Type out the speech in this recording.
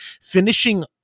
finishing